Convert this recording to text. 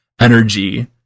energy